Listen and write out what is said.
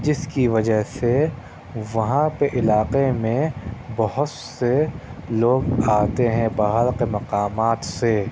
جس کی وجہ سے وہاں پہ علاقے میں بہت سے لوگ آتے ہیں باہر کے مقامات سے